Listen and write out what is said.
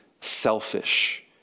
selfish